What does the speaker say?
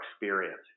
experience